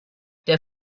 der